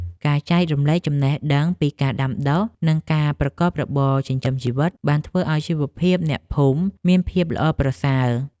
ការចែករំលែកចំណេះដឹងពីការដាំដុះ និងការប្រកបរបរចិញ្ចឹមជីវិត បានធ្វើឱ្យជីវភាពអ្នកភូមិមានភាពល្អប្រសើរ។